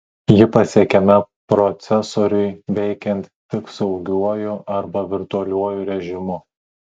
ji pasiekiama procesoriui veikiant tik saugiuoju arba virtualiuoju režimu